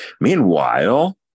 Meanwhile